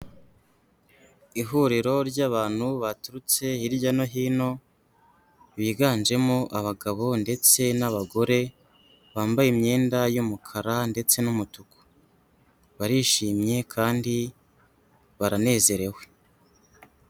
Ihuriro ry'abantu baturutse hirya no hino, biganjemo abagabo ndetse n'abagore, bambaye imyenda y'umukara ndetse n'umutuku. barishimye kandi baranezerewe.